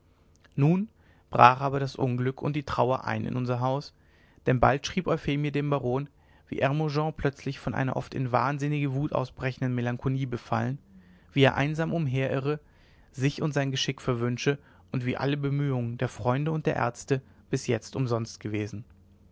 nun brach aber das unglück und die trauer ein in unser haus denn bald schrieb euphemie dem baron wie hermogen plötzlich von einer oft in wahnsinnige wut ausbrechenden melancholie befallen wie er einsam umherirre sich und sein geschick verwünsche und wie alle bemühungen der freunde und der ärzte bis jetzt umsonst gewesen